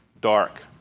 dark